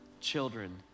children